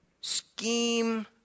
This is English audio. scheme